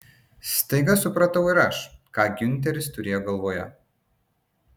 staiga supratau ir aš ką giunteris turėjo galvoje